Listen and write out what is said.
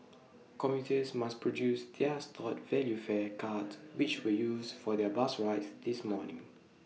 commuters must produce their stored value fare cards which were used for their bus rides this morning